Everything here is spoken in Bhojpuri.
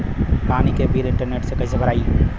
पानी के बिल इंटरनेट से कइसे भराई?